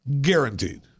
Guaranteed